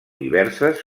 diverses